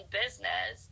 business